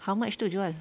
how much tu jual